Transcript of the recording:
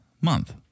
month